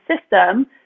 system